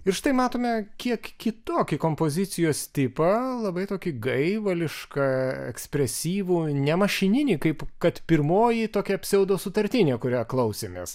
ir štai matome kiek kitokį kompozicijos tipą labai tokį gaivališką ekspresyvų ne mašininį kaip kad pirmoji tokia pseudo sutartinė kurią klausėmės